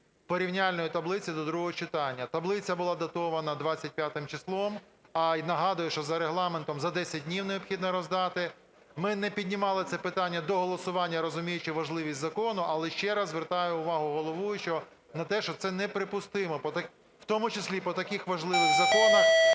порівняльної таблиці до другого читання, таблиця була датована 25 числом. Нагадую, що за Регламентом за 10 днів необхідно роздати. Ми не піднімали це питання до голосування, розуміючи важливість закону, але ще раз звертаю увагу головуючого на те, що це неприпустимо, у тому числі і по таких важливих законах,